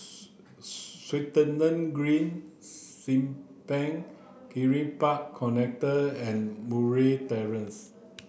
Swettenham Green Simpang Kiri Park Connector and Murray Terrace